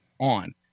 on